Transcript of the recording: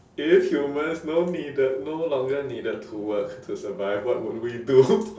if humans no needed no longer needed to work to survive what would we do